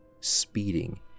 speeding